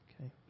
Okay